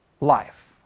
life